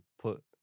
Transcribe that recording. put